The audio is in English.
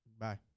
Bye